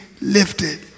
lifted